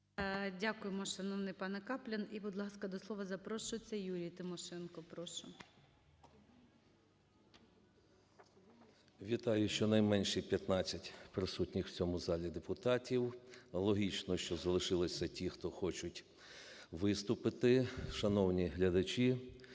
Дякуємо, шановний панеКаплін. І, будь ласка, до слова запрошується Юрій Тимошенко. Прошу. 13:25:30 ТИМОШЕНКО Ю.В. Вітаю щонайменше 15 присутніх в цьому залі депутатів. Логічно, що залишилися ті, хто хочуть виступити. Шановні глядачі,